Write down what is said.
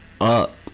up